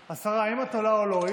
השרה, האם את עולה או לא?